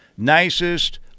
nicest